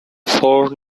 four